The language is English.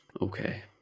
Okay